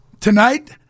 tonight